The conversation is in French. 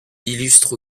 illustre